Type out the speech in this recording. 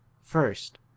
first